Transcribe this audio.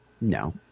No